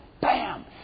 Bam